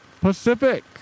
Pacific